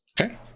Okay